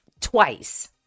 Twice